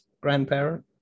grandparent